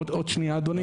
עוד שניה אדוני.